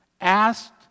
asked